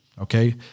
okay